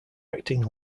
acting